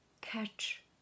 Catch